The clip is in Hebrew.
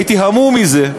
הייתי המום מזה,